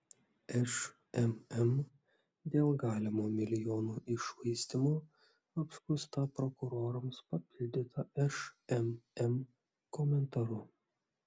šmm dėl galimo milijonų iššvaistymo apskųsta prokurorams papildyta šmm komentaru